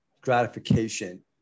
gratification